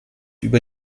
über